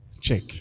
Check